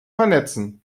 vernetzen